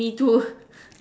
me too